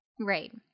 Right